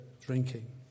drinking